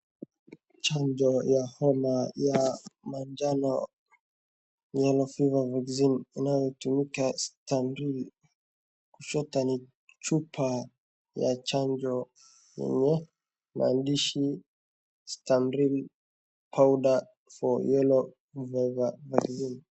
Chanjo ya homa ya manjano, yellow fever vaccine inayotumika stanvril kushoto ni chupa ya chanjo yenye maandishi stanvril powder for yellow vaccine .